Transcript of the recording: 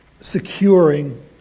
Securing